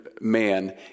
man